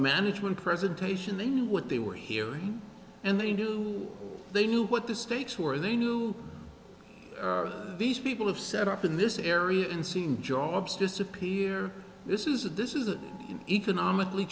management presentation they knew what they were here and they knew they knew what the stakes were they knew these people have set up in this area and seen jobs disappear this is this is an economically